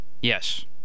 Yes